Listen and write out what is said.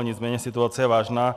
Nicméně situace je vážná.